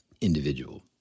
individual